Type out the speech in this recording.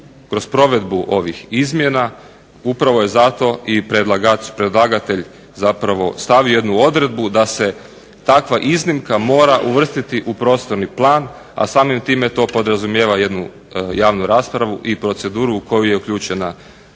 kroz provedbu ovih izmjena upravo je zato i predlagatelj zapravo stavio jednu odredbu da se takva iznimka mora uvrstiti u prostorni plan, a samim time to podrazumijeva jednu javnu raspravu i proceduru u koju je uključena i javnost